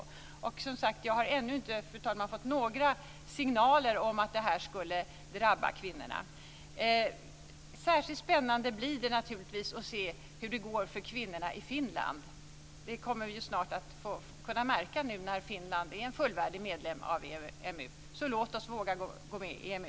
Som sagt har jag ännu inte fått några signaler om att det här skulle drabba kvinnorna. Särskilt spännande blir det naturligtvis att se hur det går för kvinnorna i Finland. Det kommer vi snart att kunna märka nu när Finland är en fullvärdig medlem av EMU. Låt oss våga gå med i EMU.